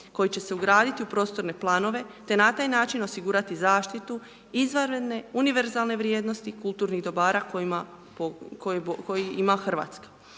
koji će se ugraditi u prostorne planove te na taj način osigurati zaštitu izvanredne, univerzalne vrijednosti kulturnih dobara koje ima Hrvatska.